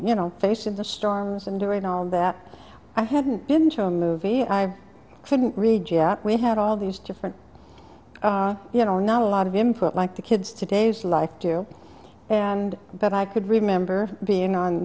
you know face of the storms and during all that i hadn't been to a movie i couldn't read yet we had all these different you know not a lot of input like the kids today is like do and but i could remember being on